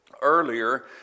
earlier